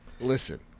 listen